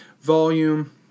volume